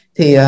Thì